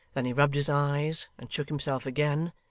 then he rubbed his eyes and shook himself again,